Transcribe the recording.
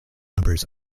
numbers